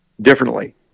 differently